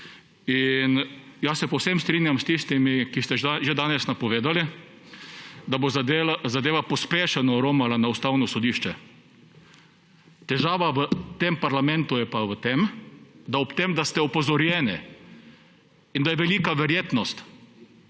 Jaz se povsem strinjam s tistimi, ki ste že danes napovedali, da bo zadeva pospešeno romala na Ustavno sodišče. Težava v tem parlamentu je pa v tem, da ob tem, da ste opozorjeni in da je velika verjetnost,